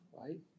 right